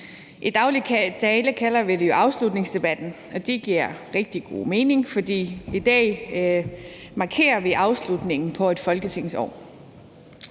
I daglig tale kalder vi det jo for afslutningsdebatten, og det giver rigtig god mening, for i dag markerer vi afslutningen på et folketingsår.